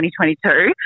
2022